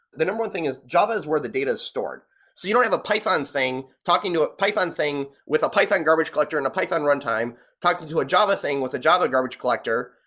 the number one thing is java is where the data is stored. so you don't have a python thing, talking to a python thing, with a python garbage collector, and a python run time, talking to a java thing, with a java garbage collector,